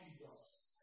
Jesus